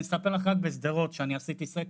אני אספר לך רק בשדרות שאני עשיתי סקר,